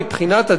זה לא מבקש מקלט,